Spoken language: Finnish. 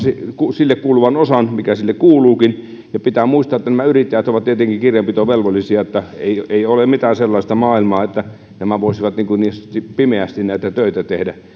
sille kuuluvan osan mikä sille kuuluukin ja pitää muistaa että nämä yrittäjät ovat tietenkin kirjanpitovelvollisia eli ei ole mitään sellaista maailmaa että nämä voisivat niin sanotusti pimeästi näitä töitä tehdä